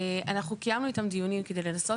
אנחנו קיימנו איתם דיונים כדי לנסות